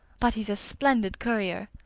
but he's a splendid courier.